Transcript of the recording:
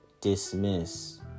dismiss